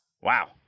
Wow